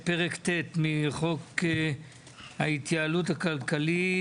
אנחנו מתחילים בפרק ט' מחוק ההתייעלות הכלכלית,